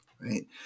right